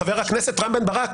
חבר הכנסת רם בן ברק,